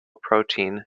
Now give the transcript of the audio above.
protein